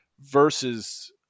versus